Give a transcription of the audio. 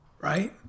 right